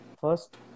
First